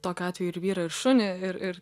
tokiu atveju ir vyrą ir šunį ir ir